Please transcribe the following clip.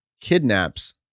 kidnaps